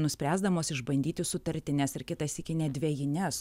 nuspręsdamos išbandyti sutartines ir kitą sykį net dvejines